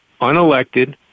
unelected